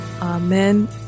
amen